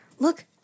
Look